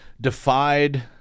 defied